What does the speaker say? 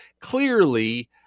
Clearly